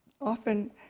often